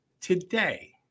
today